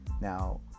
now